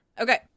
Okay